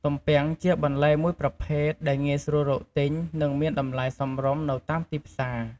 ទំពាំងជាបន្លែមួយប្រភេទដែលងាយស្រួលរកទិញ និងមានតម្លៃសមរម្យនៅតាមទីផ្សារ។